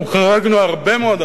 אנחנו חרגנו הרבה מאוד,